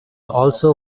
also